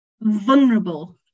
vulnerable